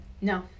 No